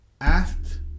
asked